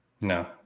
No